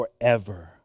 forever